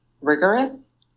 rigorous